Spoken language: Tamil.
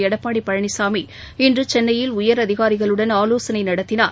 எடப்பாடிபழனிசாமி இன்றுசென்னையில் உயரதிகாரிகளுடன் ஆலோசனைநடத்தினார்